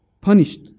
punished